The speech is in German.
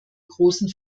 großen